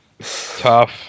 Tough